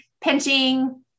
pinching